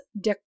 de